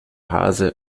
hase